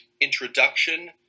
introduction